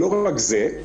לא רק זה,